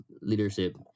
leadership